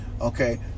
okay